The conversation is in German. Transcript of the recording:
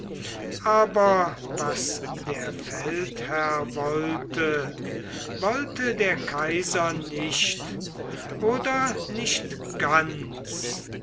aber was der feldherr wollte wollte der kaiser nicht oder nicht ganz